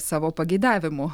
savo pageidavimų